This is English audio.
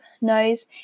nose